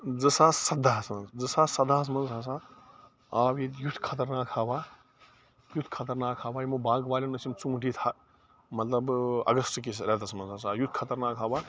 زٕ ساس سدہَس منٛز زٕ ساس سدہَس منٛز ہسا آو ییٚتہِ یُتھ خطرناک ہوا یُتھ خطرناک ہوا یِمو باغہٕ والیٚن ٲسۍ یِم ژوٗنٛٹھۍ یِیٚتہِ ہا مطلب ٲں اَگستہٕ کِس ریٚتَس منٛز ہسا آو یُتھ خطرناک ہوا